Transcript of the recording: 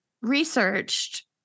researched